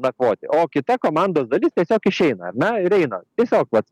nakvoti o kita komandos dalis tiesiog išeina ar ne ir eina tiesiog vat